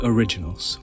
Originals